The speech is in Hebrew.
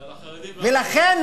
והחרדים והערבים?